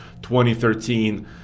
2013